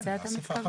לזה אתה מתכוון?